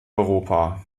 europa